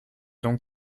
donc